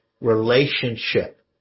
relationship